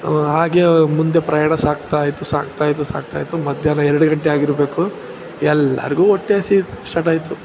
ಹಾಗೆ ಮುಂದೆ ಪ್ರಯಾಣ ಸಾಗ್ತಾಯಿತ್ತು ಸಾಗ್ತಾಯಿತ್ತು ಸಾಗ್ತಾಯಿತ್ತು ಮಧ್ಯಾಹ್ನ ಎರಡು ಗಂಟೆ ಆಗಿರಬೇಕು ಎಲ್ಲರಿಗೂ ಹೊಟ್ಟೆ ಹಸಿಯೋಕ್ ಸ್ಟಾರ್ಟಾಯಿತು